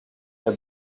der